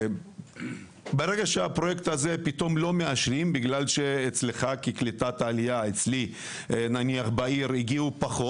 ברגע שפרויקט מסוים לא מאושר כי הגיעו פחות אליי עולים לעיר,